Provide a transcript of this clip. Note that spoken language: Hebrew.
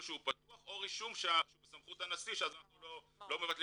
שהוא פתוח או רישום שהוא בסמכות הנשיא שאנחנו לא מבטלים